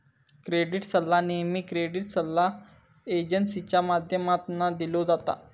credit सल्ला नेहमी credit सल्ला एजेंसींच्या माध्यमातना दिलो जाता